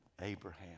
Abraham